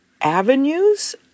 avenues